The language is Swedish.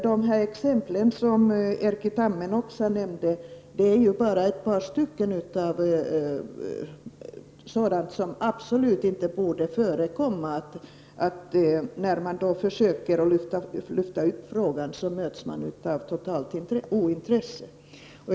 De exempel som Erkki Tammenoksa nämnde är bara ett par exempel på sådant som absolut inte borde få förekomma. När man försöker lyfta fram frågan möts man av totalt ointresse.